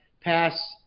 pass